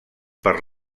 per